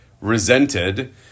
resented